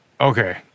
okay